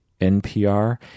NPR